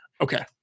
okay